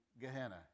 Gehenna